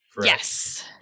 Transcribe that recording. yes